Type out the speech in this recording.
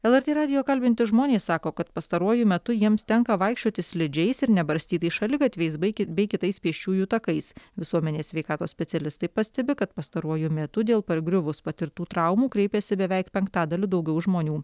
lrt radijo kalbinti žmonės sako kad pastaruoju metu jiems tenka vaikščioti slidžiais ir nebarstytais šaligatviais baiki bei kitais pėsčiųjų takais visuomenės sveikatos specialistai pastebi kad pastaruoju metu dėl pargriuvus patirtų traumų kreipėsi beveik penktadaliu daugiau žmonių